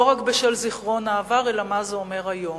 לא רק בשל זיכרון העבר, אלא מה זה אומר היום.